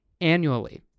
annually